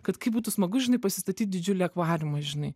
kad kaip būtų smagu žinai pasistatyt didžiulį akvariumą žinai